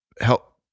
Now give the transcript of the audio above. help